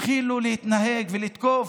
התחילו להתנהג ולתקוף,